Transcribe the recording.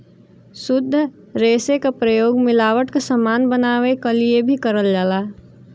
शुद्ध रेसे क प्रयोग मिलावट क समान बनावे क लिए भी करल जाला